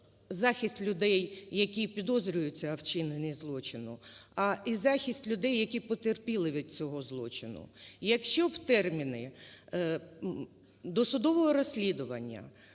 захист людей, які підозрюються у вчиненні злочину, а й захист людей, які потерпіли від цього злочину. Якщо б терміни досудового розслідування: